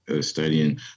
studying